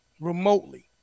remotely